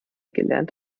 gelernt